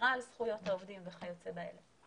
לשמירה על זכויות העובדים וכיוצא באלה.